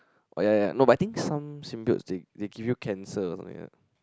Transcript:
oh ya ya no but I think some symbiotes they give you cancer something like that